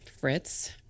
fritz